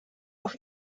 auf